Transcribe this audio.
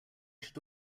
should